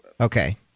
Okay